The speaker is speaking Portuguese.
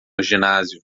ginásio